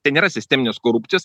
ten nėra sisteminės korupcijos